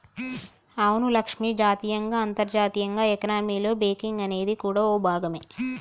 అవును లక్ష్మి జాతీయంగా అంతర్జాతీయంగా ఎకానమీలో బేంకింగ్ అనేది కూడా ఓ భాగమే